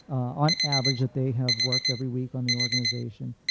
on average, that they have worked every week on the organization.